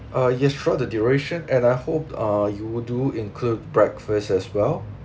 uh yes throughout the duration and I hope uh you do include breakfast as well